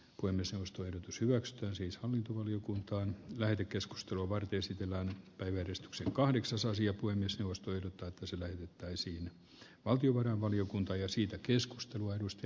kunnissa ostoehdotus hyväksytään siis hallintovaliokuntaan lähetekeskustelu vartti esitellään pöyristyksen kahdeksasosia kuin myös taustoja totesi löydettäisiin valtiovarainvaliokunta ja siitä arvoisa puhemies